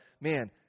man